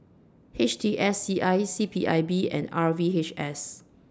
H T S C I C P I B and R V H S